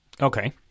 Okay